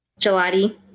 gelati